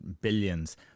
billions